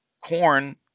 corn